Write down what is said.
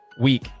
week